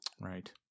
right